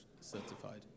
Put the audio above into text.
certified